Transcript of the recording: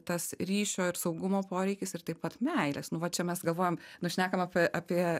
tas ryšio ir saugumo poreikis ir taip pat meilės nu va čia mes galvojam nu šnekam apie apie